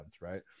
right